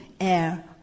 air